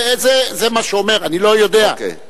זה מה שאומר, אוקיי.